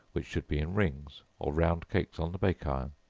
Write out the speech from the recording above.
which should be in rings, or round cakes on the bake-iron,